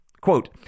Quote